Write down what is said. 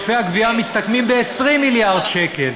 ועודפי הגבייה מסתכמים ב-20 מיליארד שקל.